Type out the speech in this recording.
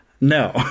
No